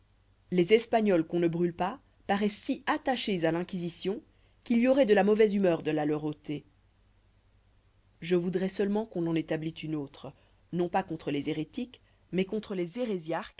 les espagnols qu'on ne brûle pas paroissent si attachés à l'inquisition qu'il y auroit de la mauvaise humeur de la leur ôter je voudrois seulement qu'on en établît une autre non pas contre les hérétiques mais contre les